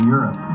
Europe